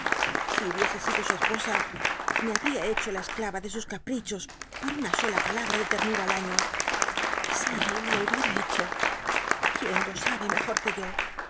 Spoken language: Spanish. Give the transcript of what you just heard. si hubiese sido su esposa me habría hecho la escl wa do sns ca wichos por una sola pajal l'a de ternu a al ai'lo si jo hubiea hecho qu ién lo sabe mejor que yo